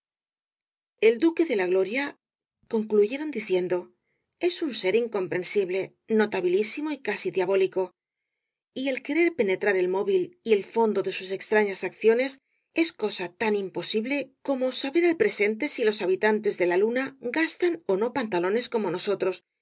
el duque de la gloria concluyeron diciendo es un ser incomprensible notabilísimo y casi diabólico y el querer penetrar el móvil y el fondo de sus extrañas acciones es cosa tan imposible como saber al presente si los habitantes de la luna gastan ó no pantalones como nosotros